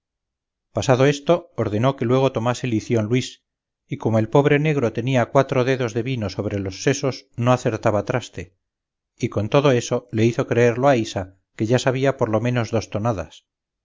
pasado esto ordenó que luego tomase lición luis y como el pobre negro tenía cuatro dedos de vino sobre los sesos no acertaba traste y con todo eso le hizo creer loaysa que ya sabía por lo menos dos tonadas